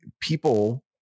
people